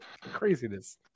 Craziness